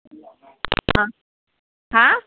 হাঁ